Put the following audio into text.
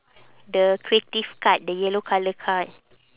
the creative card the yellow colour card